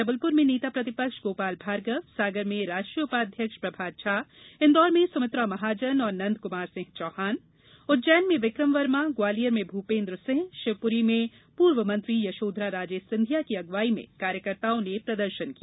जबलपूर में नेता प्रतिपक्ष गोपाल भार्गव सागर में राष्ट्रीय उपाध्यक्ष प्रभात झा इंदौर में सुमित्रा महाजन और नन्द कुमार सिंह चौहान उज्जैन में विक्रम वर्मा ग्वालियर में भूपेन्द्र सिंह शिवपुरी में पूर्व मंत्री यशोधरा राजे सिंधिया की अगवाई में कार्यकर्ताओं ने प्रदर्शन किया